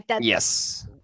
Yes